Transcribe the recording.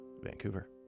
vancouver